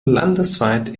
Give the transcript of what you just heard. landesweit